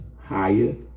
higher